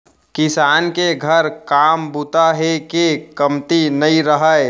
किसान के घर काम बूता हे के कमती नइ रहय